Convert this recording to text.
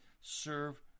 serve